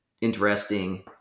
interesting